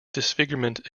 disfigurement